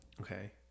Okay